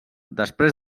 després